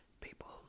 people